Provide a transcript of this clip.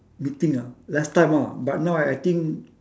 meeting ah last time ah but now I I think